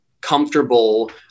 comfortable